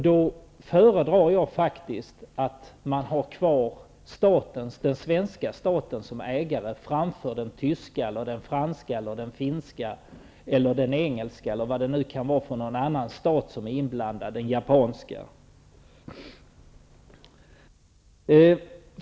Då föredrar jag faktiskt att man har kvar den svenska staten som ägare framför den tyska, franska, finska, engelska, japanska eller vilken annan stat som nu kan bli inblandad.